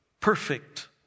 perfect